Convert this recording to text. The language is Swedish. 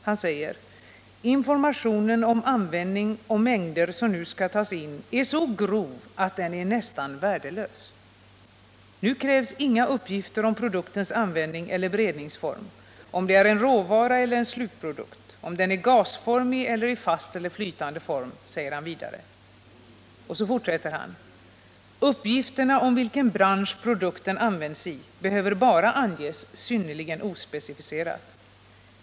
Han säger att informationen om användning och mängder som nu skall tas in är så grov att den är nästan värdelös. Nu krävs inga uppgifter om produktens användning eller beredningsform, om det är en råvara eller en slutprodukt, om den är gasformig eller i fast eller flytande form, säger han vidare. Dessutom säger han: ”Uppgifterna om vilken bransch produkten används i behöver bara anges synnerligen ospecificerat.